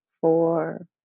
four